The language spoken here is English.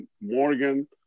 Morgan